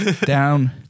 down